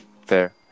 Fair